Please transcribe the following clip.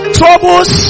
troubles